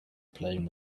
playing